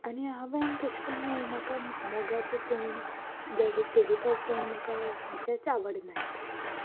आनी हांवें तशें करून म्हाका मोगाचें सोडून जाल्यार हिस्टोरिकल सोडून म्हाका खंयचेंच आवडनात